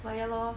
well ya lor